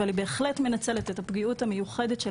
אבל בהחלט היא מנצלת את הפגיעות המיוחדת של